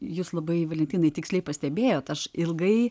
jūs labai valentinai tiksliai pastebėjot aš ilgai